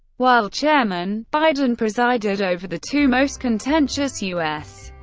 while chairman, biden presided over the two most contentious u s.